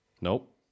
Nope